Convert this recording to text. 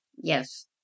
Yes